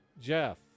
Jeff